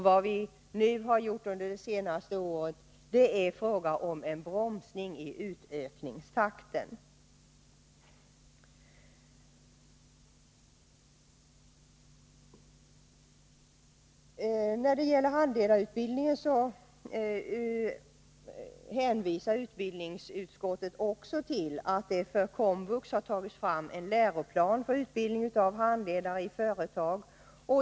Vad vi har genomfört under det senaste året är en uppbromsning av utökningstakten. När det gäller handledarutbildningen hänvisar utskottet också till att det för KOMVUX har utarbetats en läroplan för handledare i företag.